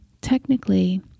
technically